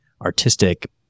artistic